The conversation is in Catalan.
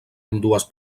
ambdues